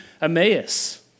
Emmaus